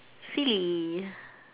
silly